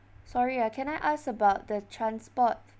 sorry ah can I ask about the transport